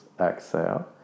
exhale